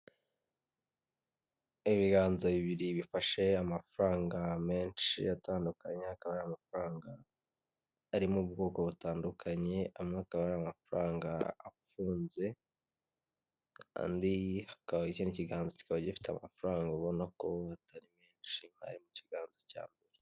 Ibiganza bibiri bifashe amafaranga menshi atandukanye, akaba amafaranga arimo ubwoko butandukanye, amwe akaba ari amafaranga afunze, andi akaba ari ikindi kiganza kikaba gifite amafaranga ubona ko atari menshi ari mu kiganza cyabo.